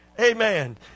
Amen